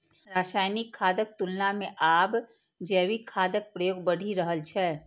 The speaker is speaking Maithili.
रासायनिक खादक तुलना मे आब जैविक खादक प्रयोग बढ़ि रहल छै